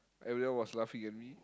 everyone was laughing at me